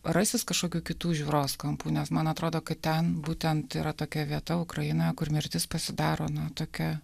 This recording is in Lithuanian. rasis kažkokių kitų žiūros kampų nes man atrodo kad ten būtent yra tokia vieta ukrainoje kur mirtis pasidaro na tokia